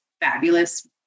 fabulous